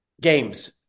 games